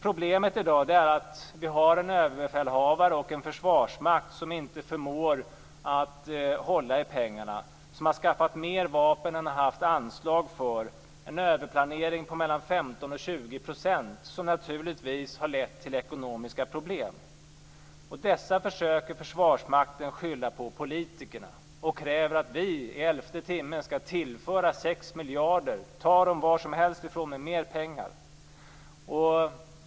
Problemet i dag är att vi har en överbefälhavare och en försvarsmakt som inte förmår att hålla i pengarna och som har skaffat mer vapen än man har haft anslag för med en överplanering på mellan 15 och 20 % som naturligtvis har lett till ekonomiska problem. Dessa försöker försvarsmakten skylla på politikerna och kräver att vi i elfte timmen skall tillföra 6 miljarder. Ta dem var som helst ifrån, men ge oss mer pengar!